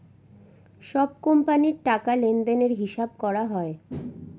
সব কোম্পানির টাকা লেনদেনের হিসাব করা হয়